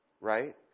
right